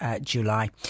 July